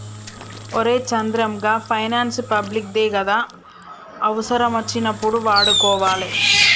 ఒరే చంద్రం, గా finance public దే గదా, అవుసరమచ్చినప్పుడు వాడుకోవాలె